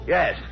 Yes